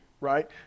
right